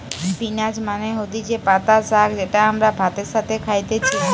spinach মানে হতিছে পাতা শাক যেটা আমরা ভাতের সাথে খাইতেছি